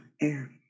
Air